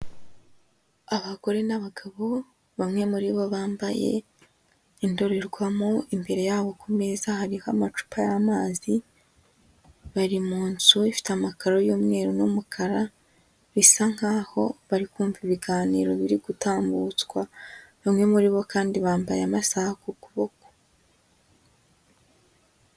Abagore n'abagabo, bamwe muri bo bambaye indorerwamo, imbere yabo ku meza hariho amacupa y'amazi, bari muzu ifite amakaro y'umweru n'umukara, bisa nkaho bari kumva ibiganiro biri gutambutswa, bamwe muri bo kandi bambaye amasaha ku kuboko.